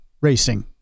racing